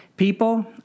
People